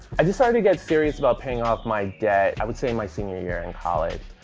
i decided to get serious about paying off my debt i would say my senior year in college.